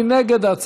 מי נגד?